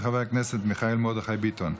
של חבר הכנסת מיכאל מרדכי ביטון.